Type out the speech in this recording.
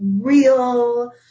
real